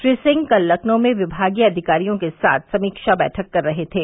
श्री सिंह कल लखनऊ में विभागीय अधिकारियों के साथ समीक्षा बैठक कर रहे थे